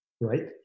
right